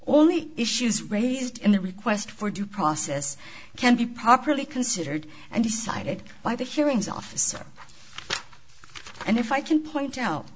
only issues raised in the request for due process can be properly considered and decided by the hearings officer and if i can point out